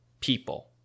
people